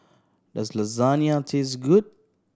does Lasagne taste good